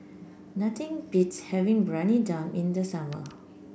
nothing beats having Briyani Dum in the summer